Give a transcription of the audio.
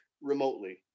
remotely